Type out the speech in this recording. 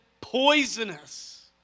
poisonous